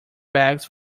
bags